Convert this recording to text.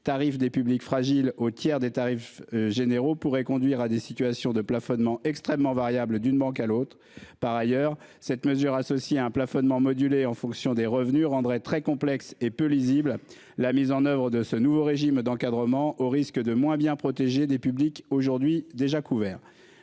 tarifs des publics fragiles au tiers des tarifs généraux pourraient conduire à des situations de plafonnement extrêmement variable d'une banque à l'autre. Par ailleurs cette mesure associe à un plafonnement modulée en fonction des revenus rendrait très complexe et peu lisible. La mise en oeuvre de ce nouveau régime d'encadrement au risque de moins bien protégés des publics aujourd'hui déjà couvert.